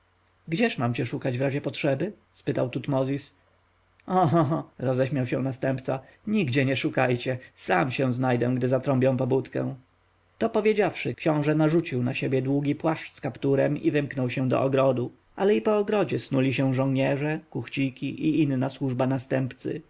gdzież mam cię szukać w razie potrzeby spytał tutmozis oho ho roześmiał się następca nigdzie nie szukajcie sam się znajdę gdy zatrąbią pobudkę to powiedziawszy książę narzucił na siebie długi płaszcz z kapturem i wymknął się do ogrodu ale i po ogrodzie snuli się żołnierze kuchciki i inna służba następcy